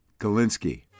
Galinsky